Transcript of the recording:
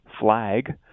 flag